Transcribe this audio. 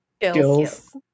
Skills